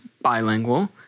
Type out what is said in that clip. bilingual